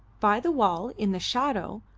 by the wall, in the shadow,